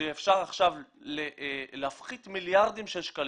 שאפשר עכשיו להפחית מיליארדים של שקלים